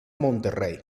monterrey